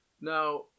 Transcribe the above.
Now